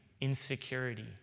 insecurity